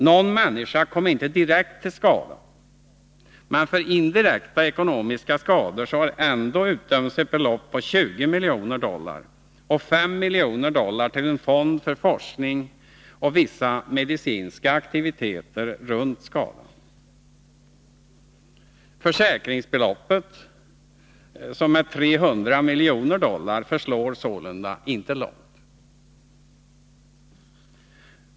Någon människa kom inte direkt till skada, men för indirekta ekonomiska skador har ändå utdömts ett belopp på 20 miljoner dollar och 5 miljoner dollar till en fond för forskning och vissa medicinska aktiviteter rörande skadan. Försäkringsbeloppet, som är 300 miljoner dollar, förslår sålunda inte långt.